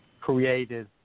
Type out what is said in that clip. created